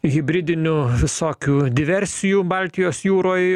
hibridinių visokių diversijų baltijos jūroj